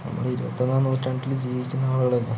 നമ്മള് ഇരുപത്തൊന്നാം നൂറ്റാണ്ടില് ജീവിക്കുന്ന ആളുകളല്ലേ